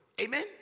Amen